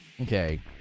Okay